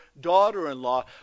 daughter-in-law